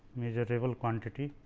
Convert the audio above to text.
measurable quantity